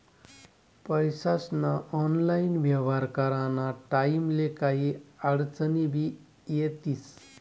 पैसास्ना ऑनलाईन येव्हार कराना टाईमले काही आडचनी भी येतीस